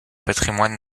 patrimoine